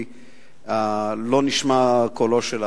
כי לא נשמע קולו.